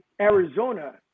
Arizona